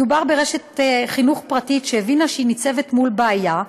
מדובר ברשת חינוך פרטית שהבינה שהיא ניצבת מול בעיה,